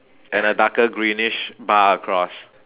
and a darker greenish bar across